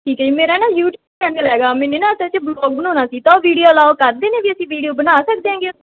ਠੀਕ ਹੈ ਜੀ ਮੇਰਾ ਨਾ ਯੂਟਿਊਬ ਚੈਨਲ ਹੈਗਾ ਮੈਨੇ ਨਾ ਅਸਲ 'ਚ ਵਲੋਗ ਬਣਾਉਣਾ ਸੀ ਤਾਂ ਉਹ ਵੀਡੀਓ ਅਲਾਓ ਕਰ ਦੇਣਗੇ ਅਸੀਂ ਵੀਡੀਓ ਬਣਾ ਸਕਦੇ ਹੈਗੇ